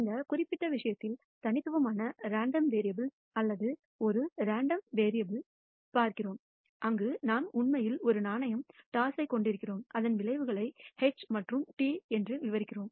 இந்த குறிப்பிட்ட விஷயத்தில் தனித்துவமான ரேண்டம் வெறியபிள்ஸ் அல்லது ஒரு ரேண்டம் வெறியபிள்ஸ் பார்க்கிறோம் அங்கு நாம் உண்மையில் ஒரு நாணயம் டாஸைக் கொண்டிருக்கிறோம் அதன் விளைவுகளை H மற்றும் T விவரிக்கிறது